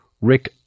Rick